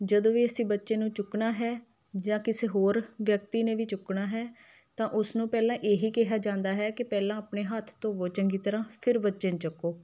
ਜਦੋਂ ਵੀ ਅਸੀਂ ਬੱਚੇ ਨੂੰ ਚੁੱਕਣਾ ਹੈ ਜਾਂ ਕਿਸੇ ਹੋਰ ਵਿਅਕਤੀ ਨੇ ਵੀ ਚੁੱਕਣਾ ਹੈ ਤਾਂ ਉਸਨੂੰ ਪਹਿਲਾਂ ਇਹੀ ਕਿਹਾ ਜਾਂਦਾ ਹੈ ਕਿ ਪਹਿਲਾਂ ਆਪਣੇ ਹੱਥ ਧੋਵੋ ਚੰਗੀ ਤਰ੍ਹਾਂ ਫਿਰ ਬੱਚੇ ਨੂੰ ਚੱਕੋ